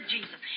Jesus